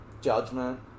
judgment